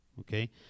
Okay